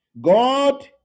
God